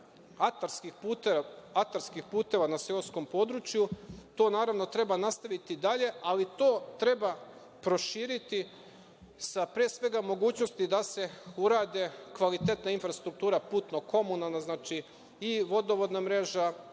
atarskih puteva na seoskom području. To, naravno, treba nastaviti i dalje, ali to treba proširiti sa, pre svega, mogućnosti da se urade kvalitetna infrastruktura putno-komunalna, znači i vodovodna mreža,